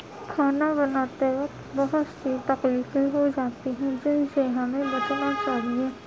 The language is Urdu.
کھانا بناتے وقت بہت سی تکلیفیں ہو جاتی ہیں جن سے ہمیں بچنا چاہیے